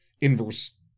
inverse